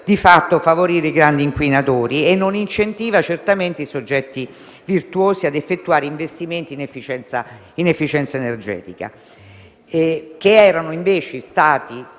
di fatto per favorire i grandi inquinatori e non incentiva certamente i soggetti virtuosi a effettuare investimenti in efficienza energetica. L'emissione dei